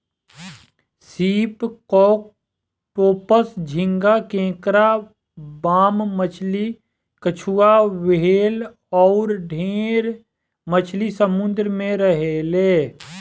सीप, ऑक्टोपस, झींगा, केकड़ा, बाम मछली, कछुआ, व्हेल अउर ढेरे मछली समुंद्र में रहेले